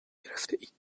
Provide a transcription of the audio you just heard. گرفتهاید